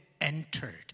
entered